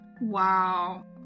Wow